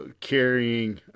carrying